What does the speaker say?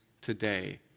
today